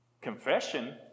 Confession